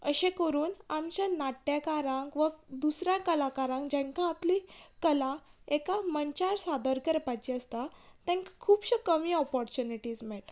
अशें करून आमच्या नाट्यकारांक वा दुसऱ्या कलाकारांक जांकां आपली कला एका मंचार सादर करपाची आसता तांकां खुबशे कमी ऑपोर्चुनिटीस मेळटा